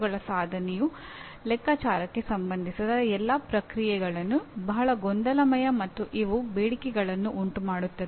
ಎರಡನೇ ಪಠ್ಯದಲ್ಲಿ "ಶಿಕ್ಷಣ" ಮತ್ತು "ಬೋಧನೆ" ಎಂಬ ಪರಿಚಿತ ಪದಗಳ ಬಗ್ಗೆ ಮತ್ತೆ ತಿಳಿಯೋಣ